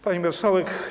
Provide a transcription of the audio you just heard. Pani Marszałek!